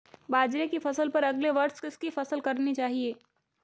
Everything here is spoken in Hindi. बाजरे की फसल पर अगले वर्ष किसकी फसल करनी चाहिए?